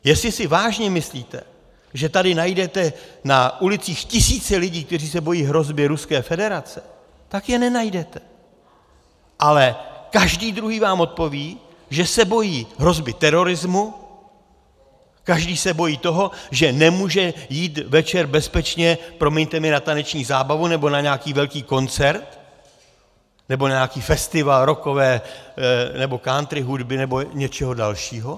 Jestli si vážně myslíte, že tady najdete na ulicích tisíce lidí, kteří se bojí hrozby Ruské federace, tak je nenajdete, ale každý druhý vám odpoví, že se bojí hrozby terorismu, každý se bojí toho, že nemůže jít večer bezpečně, promiňte mi, na taneční zábavu nebo na nějaký velký koncert nebo na nějaký festival rockové nebo country hudby nebo něčeho dalšího.